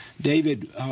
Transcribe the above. David